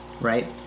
right